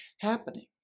happening